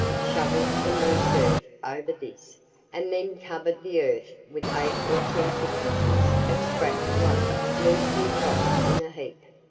shoveled some loose earth over this and then covered the earth with eight or ten thicknesses of scrap lumber loosely tossed in a heap.